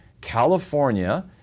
California